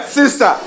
sister